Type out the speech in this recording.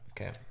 Okay